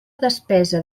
despesa